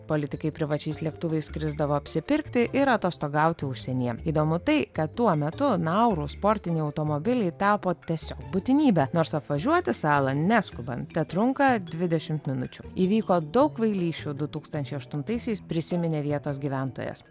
politikai privačiais lėktuvais skrisdavo apsipirkti ir atostogauti užsienyje įdomu tai kad tuo metu nauru sportiniai automobiliai tapo tiesiog būtinybe nors apvažiuoti salą neskubant tetrunka dvidešimt minučių įvyko daug kvailysčių du tūkstančiai aštuntaisiais prisiminė vietos gyventojas